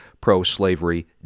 pro-slavery